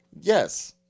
Yes